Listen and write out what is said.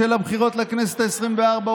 בשל הבחירות לכנסת העשרים-וארבע,